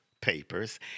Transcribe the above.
papers